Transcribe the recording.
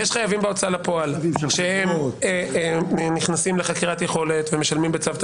יש חייבים בהוצאה לפועל שנכנסים לחקירת יכולת ומשלמים בצו תשלומים.